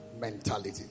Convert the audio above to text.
mentality